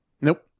Nope